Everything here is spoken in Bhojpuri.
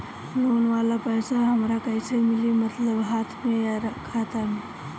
लोन वाला पैसा हमरा कइसे मिली मतलब हाथ में या खाता में?